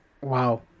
Wow